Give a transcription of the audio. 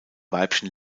weibchen